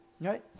Right